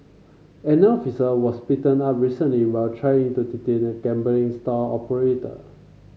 an officer was beaten up recently while trying to detain a gambling stall operator